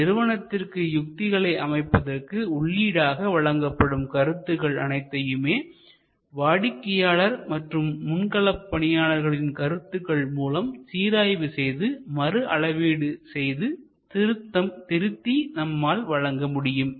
எனவே நிறுவனத்திற்கு யுக்திகளை அமைப்பதற்கு உள்ளீடாக வழங்கப்படும் கருத்துக்கள் அனைத்தையும் வாடிக்கையாளர் மற்றும் முன்களப்பணியாளர்களின் கருத்துக்கள் மூலம் சீராய்வு செய்து மறு அளவீடு செய்து திருத்தி வழங்க நம்மால் முடியும்